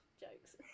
Jokes